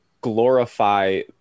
glorify